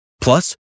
Plus